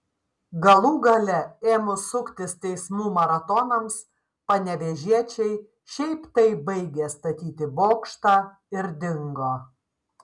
galų gale ėmus suktis teismų maratonams panevėžiečiai šiaip taip baigė statyti bokštą ir dingo